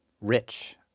rich